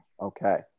Okay